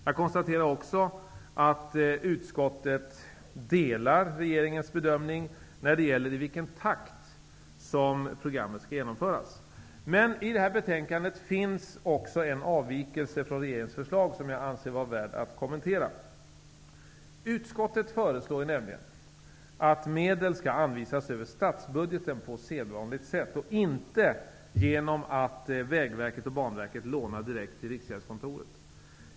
Jag konstaterar också att utskottet delar regeringens bedömning när det gäller i vilken takt som programmet skall genomföras. Men i detta betänkande finns också en avvikelse från regeringens förslag, som jag anser vara värd att kommentera. Utskottet föreslår nämligen att medel skall anvisas över statsbudgeten på sedvanligt sätt och inte genom att Vägverket och Banverket lånar direkt i Riksgäldskontoret.